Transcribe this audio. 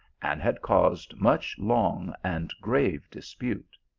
and had caused much long and grave dispute.